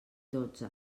dotze